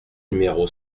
numéro